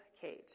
cage